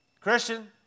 Christian